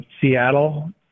Seattle